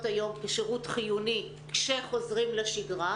היום כשירות חיוני כשחוזרים לשגרה,